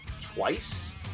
twice